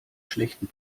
schlechten